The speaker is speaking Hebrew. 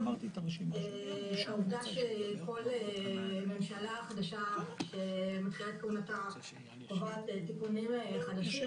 העבודה שכל ממשלה חדשה שמתחילה את כהונתה תובעת תיקונים חדשים,